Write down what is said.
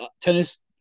tennis